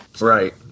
Right